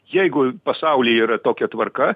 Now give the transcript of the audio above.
jeigu pasauly yra tokia tvarka